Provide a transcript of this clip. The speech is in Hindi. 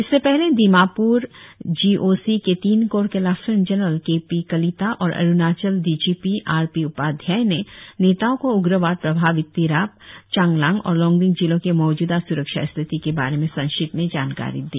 इससे पहले दीमाप्र जी ओ सी के तीन कोर के लेफ्टिनेंट जनरल केपीकलिता और Arunachal D G P R P Upadhyay ने नेताओं को उग्रवाद प्रभावित तिराप चांगलांग और लोंगडिंग जिलों के मौजूदा सुरक्षा स्थिति के बारे में संक्षिप्त में जानकारी दी